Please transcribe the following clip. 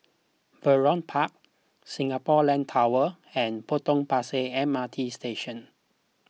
Vernon Park Singapore Land Tower and Potong Pasir M R T Station